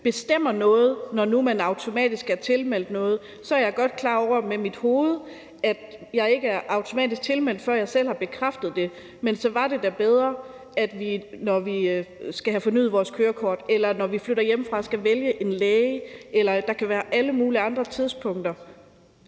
bestemmer noget, når nu man automatisk er tilmeldt noget. Så er jeg godt klar over i mit hoved, at jeg ikke er automatisk tilmeldt, før jeg selv har bekræftet det, men så er det da bedre, at vi, når vi skal have fornyet vores kørekort, eller når vi flytter hjemmefra og skal vælge en læge – der kan være alle mulige andre tidspunkter